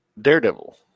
Daredevil